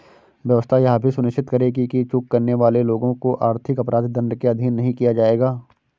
व्यवस्था यह भी सुनिश्चित करेगी कि चूक करने वाले लोगों को आर्थिक अपराध दंड के अधीन नहीं किया जाएगा